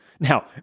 Now